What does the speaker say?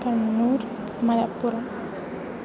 Kannur Malappuram